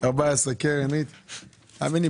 תאמין לי,